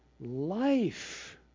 life